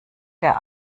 der